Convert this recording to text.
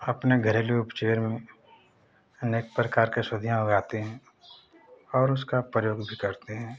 अपने घरेलू उपचारों अनेक प्रकार के औषधियाँ उगाते हैं और उसका प्रयोग भी करते हैं